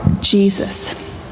Jesus